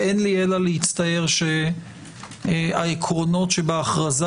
ואין לי אלא להצטער שהעקרונות שבהכרזה